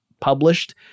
published